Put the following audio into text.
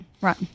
right